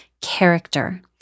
character